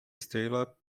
estrelas